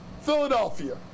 Philadelphia